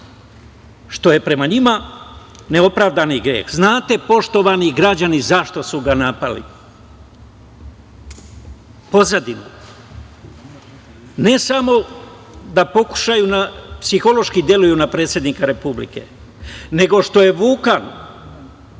što je prema njima neopravdani greh. Znate li, poštovani građani, zašto su ga napali, pozadinu? Ne samo da pokušaju da psihološki deluju na predsednika Republike, nego što je Vukan